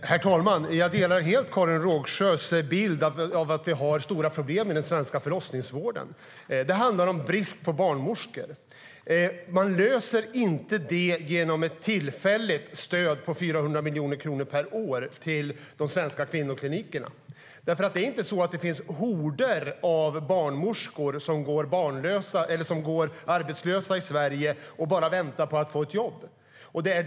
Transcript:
Herr talman! Jag delar helt Karin Rågsjös bild av att vi har stora problem i den svenska förlossningsvården. Det handlar om brist på barnmorskor. Man löser inte det genom ett tillfälligt stöd på 400 miljoner kronor per år till de svenska kvinnoklinikerna. Det finns inte horder av barnmorskor som går arbetslösa i Sverige och bara väntar på ett jobb.